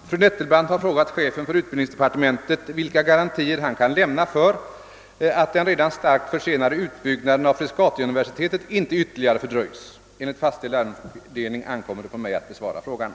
Herr talman! Fru Nettelbrandt har frågat chefen för utbildningsdepartementet. vilka garantier han kan lämna för att den redan starkt försenade utbyggnaden av Frescatiuniversitetet inte ytterligare fördröjs. Enligt fastställd ärendefördelning ankommer det på mig att besvara frågan.